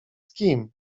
kim